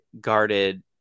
guarded